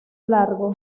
largo